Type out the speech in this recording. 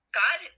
god